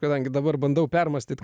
kadangi dabar bandau permąstyt